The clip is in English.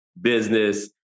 business